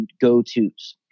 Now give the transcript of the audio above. go-to's